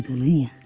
li